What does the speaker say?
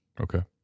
Okay